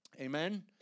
Amen